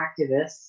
activists